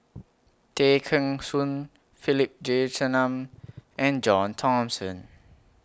Tay Kheng Soon Philip Jeyaretnam and John Thomson